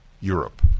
Europe